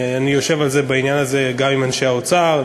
אני יושב בעניין הזה גם עם אנשי האוצר,